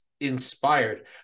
Inspired